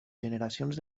generacions